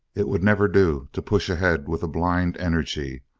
it would never do to push ahead with a blind energy.